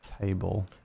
table